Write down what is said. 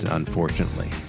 unfortunately